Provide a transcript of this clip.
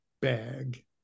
bag